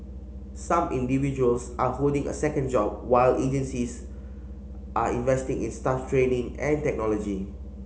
some individuals are holding a second job while agencies are investing in staff training and technology